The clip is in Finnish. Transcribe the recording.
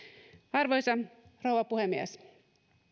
arvoisa rouva puhemies